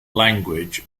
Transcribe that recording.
language